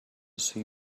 see